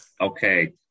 Okay